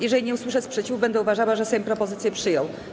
Jeżeli nie usłyszę sprzeciwu, będę uważała, że Sejm propozycję przyjął.